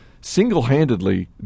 single-handedly